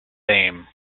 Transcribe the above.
same